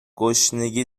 گشنگی